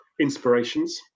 inspirations